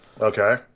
Okay